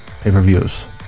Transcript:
pay-per-views